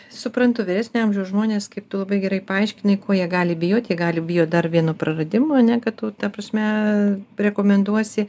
suprantu vyresnio amžiaus žmonės kaip tu labai gerai paaiškinai kuo jie gali bijoti jie gali bijot dar vieno praradimo ane kad tu ta prasme rekomenduosi